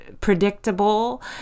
predictable